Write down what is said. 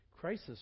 crisis